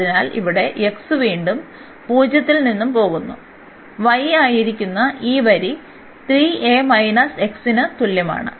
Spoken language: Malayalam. അതിനാൽ ഇവിടെ x വീണ്ടും 0 ൽ നിന്ന് പോകുന്നു y ആയിരുന്ന ഈ വരി 3a x ന് തുല്യമാണ്